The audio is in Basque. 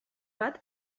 bat